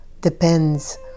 depends